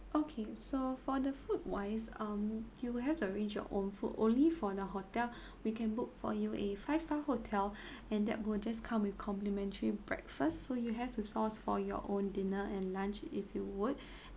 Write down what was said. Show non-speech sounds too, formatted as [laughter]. okay so for the food wise um you will have to arrange your own food only for the hotel [breath] we can book for you a five star hotel [breath] and that will just come with complimentary breakfast so you have to source for your own dinner and lunch if you would [breath]